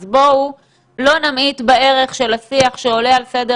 אז בואו לא נמעיט בערך של השיח שעולה על סדר